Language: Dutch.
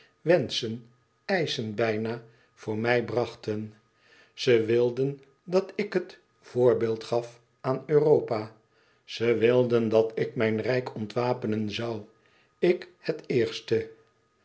wenschen eischen bijna voor mij brachten ze wilden dat ik het voorbeeld gaf aan europa ze wilden dat ik mijn rijk ontwapenen zoû ik het eerste